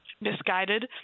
misguided